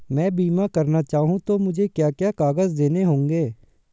मैं बीमा करना चाहूं तो मुझे क्या क्या कागज़ देने होंगे?